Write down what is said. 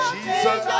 Jesus